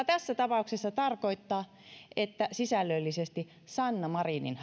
tässä tapauksessa tarkoittaa että sisällöllisesti sanna marinin